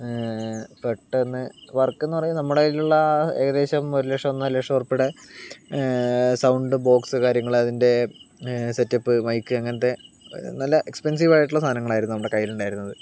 പെട്ടെന്ന് വർക്ക് എന്ന് പറഞ്ഞാൽ നമ്മുടെ കൈയിലുള്ള ഏകദേശം ഒരു ലക്ഷം ഒന്നര ലക്ഷം റുപ്പിയടെ സൗണ്ട് ബോക്സ് കാര്യങ്ങള് അതിൻ്റെ സെറ്റപ്പ് മൈക്ക് അങ്ങനത്തെ നല്ല എക്സ്പെൻസീവ് ആയിട്ടുള്ള സാധനങ്ങളാരുന്നു നമ്മുടെ കൈയ്യിൽ ഉണ്ടാരുന്നത്